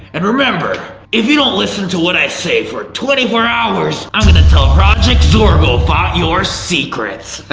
and remember, if you don't listen to what i say for twenty four hours i'm gonna tell project zorgo about your secrets.